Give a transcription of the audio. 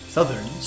Southern